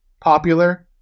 popular